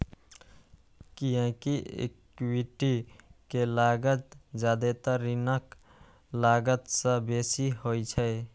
कियैकि इक्विटी के लागत जादेतर ऋणक लागत सं बेसी होइ छै